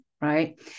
right